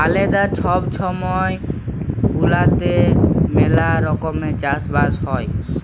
আলেদা ছব ছময় গুলাতে ম্যালা রকমের চাষ বাস হ্যয়